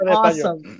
Awesome